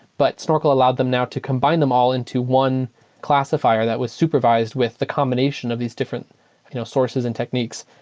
but snorkel allowed them now to combine them all into one classifier that was supervised with the combination of these different you know sources and techniques,